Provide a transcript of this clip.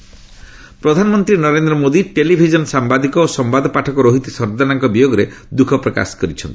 PM Rohit ପ୍ରଧାନମନ୍ତ୍ରୀ Narendra Modi television ସାମ୍ବାଦିକ ଓ ସମ୍ବାଦ ପାଠକ ରୋହିତ ସର୍ଦ୍ଦନାଙ୍କ ବିୟୋଗରେ ଦୁଃଖ ପ୍ରକାଶ କରିଛନ୍ତି